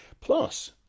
Plus